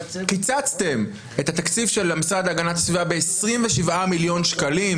קיצצתם את התקציב של המשרד להגנת הסביבה ב-27 מיליון שקלים,